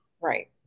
right